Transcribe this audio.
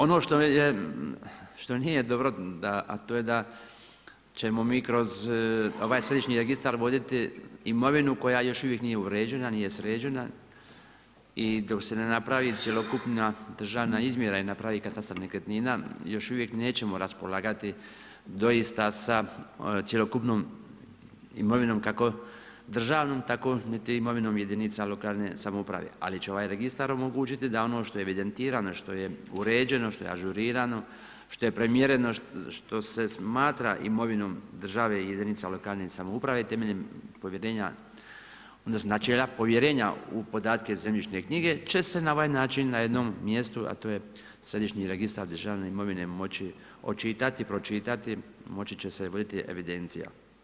Ono što nije dobro a to je da ćemo mi kroz ovaj Središnji registar voditi imovinu koja još uvijek nije uređena, nije sređena i dok se ne napravi cjelokupna državna izmjera i napravi katastar nekretnina još uvijek nećemo raspolagati doista sa cjelokupnom imovinom kako državnom tako niti imovinom jedinica lokalne samouprave ali će ovaj registar omogućiti da ono što je evidentirano, što je uređeno, što je ažurirano, što je primjereno, što se smatra imovinom države i jedinica lokalne samouprave temeljem povjerenja, odnosno načela povjerenja u podatke u zemljišne knjige će se na ovaj način na jednom mjestu a to je Središnji registar državne imovine moći očitati i pročitati, moći će se voditi evidencija.